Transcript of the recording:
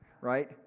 right